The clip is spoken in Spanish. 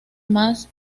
más